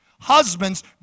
Husbands